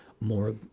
more